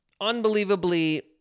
unbelievably